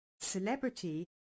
celebrity